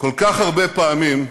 כל כך הרבה פעמים,